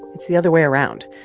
it's the other way around.